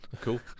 cool